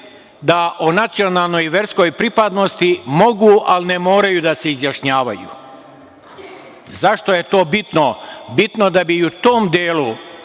da o nacionalnoj i verskoj pripadnosti mogu ali ne moraju da se izjašnjavaju. Zašto je to bitno? Bitno je da bi i u tom delu